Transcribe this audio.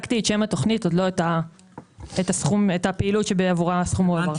עוד לא את הפעילות שבעבורה הסכום מועבר.